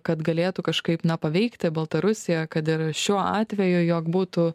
kad galėtų kažkaip paveikti baltarusiją kad ir šiuo atveju jog būtų